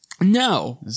No